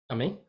Amém